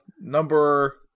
number